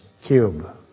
cube